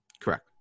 correct